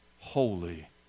holy